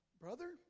Brother